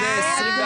מי נגד?